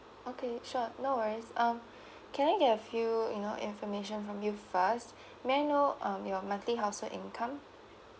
okay sure no worries um can I get a few you know information from you first may I know um your monthly household income